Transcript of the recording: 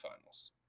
Finals